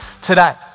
today